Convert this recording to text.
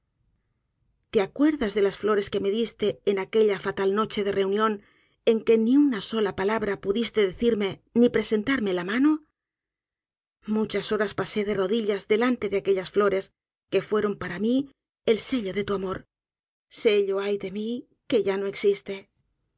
te acuerdas de las flores que me diste en aquella fatal noche de reunión en que ni una sola palabra pudiste decirme ni presentarme la mano muchas horas pasé de rodillas delante de aquellas flores que fueron para mi el sello de tu amor sello ay de mi que ya no existe